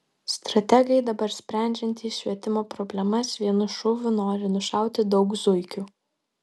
strategai dabar sprendžiantys švietimo problemas vienu šūviu nori nušauti daug zuikių